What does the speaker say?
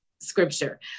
scripture